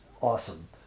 awesome